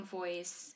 voice